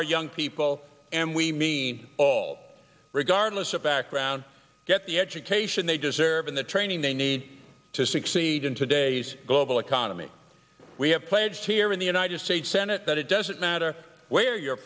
our young people and we mean all regardless of background get the education they deserve and the training they need to succeed in today's global economy we have pledge here in the united state senate but it doesn't matter where you're